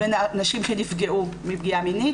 ונשים שנפגעו בפגיעה מינית,